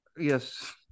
yes